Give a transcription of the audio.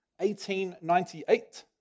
1898